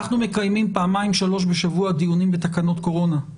אנחנו מקיימים פעמיים-שלוש בשבוע דיונים בתקנות קורונה.